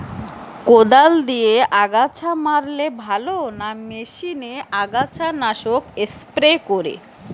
কদাল দিয়ে আগাছা মারলে ভালো না মেশিনে আগাছা নাশক স্প্রে করে?